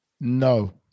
No